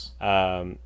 Yes